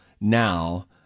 now